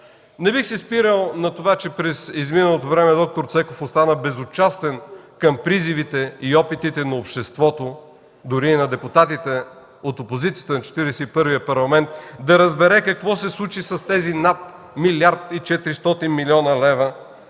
Не бих се спирал на това, че през изминалото време д-р Цеков остана безучастен към призивите и опитите на обществото, дори и на депутатите от опозицията на Четиридесет и първия Парламент, да разбере какво се случи с тези над милиард и 400 млн. лв.,